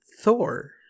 Thor